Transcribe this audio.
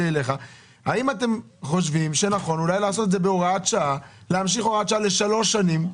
האם אתם חושבים שנכון אולי לעשות את זה בהוראת שעה לשלוש שנים,